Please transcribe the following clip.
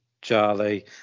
Charlie